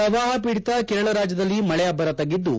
ಪ್ರವಾಹ ಪೀಡಿತ ಕೇರಳ ರಾಜ್ಯದಲ್ಲಿ ಮಳೆ ಅಭ್ಲರ ತಗ್ಗಿದ್ದು